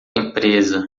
empresa